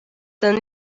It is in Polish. ten